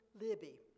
Libby